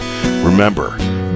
Remember